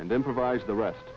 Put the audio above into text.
and then provide the rest